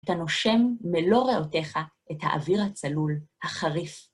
אתה נושם מלא ראותיך את האוויר הצלול, החריף.